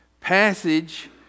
passage